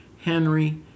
Henry